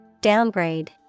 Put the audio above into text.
Downgrade